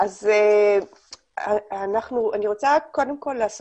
אני רוצה קודם כל לומר